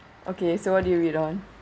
okay so what do you read on